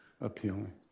appealing